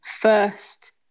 first